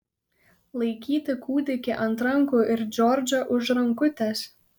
laikyti kūdikį ant rankų ir džordžą už rankutės